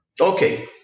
Okay